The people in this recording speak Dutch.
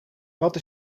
wat